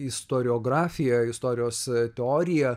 istoriografijoje istorijos teorija